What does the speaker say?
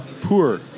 Poor